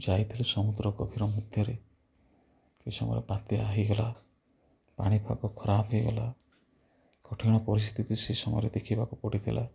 ଯାଇଥିଲୁ ସମୁଦ୍ରା ଗଭୀର ମଧ୍ୟରେ ସେଇ ସମୟରେ ବାତ୍ୟା ହୋଇଗଲା ପାଣିପାଗ ଖରାପ୍ ହୋଇଗଲା ଘଟଣା ପରିସ୍ଥିତି ସେ ସମୟରେ ଦେଖିବାକୁ ପଡ଼ିଥିଲା